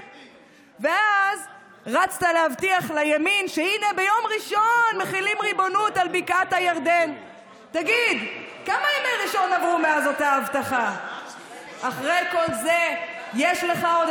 שחררת יותר מ-1,000 מחבלים עם תירוצים על איך אתה בעצם ליכודניק,